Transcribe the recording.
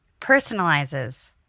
personalizes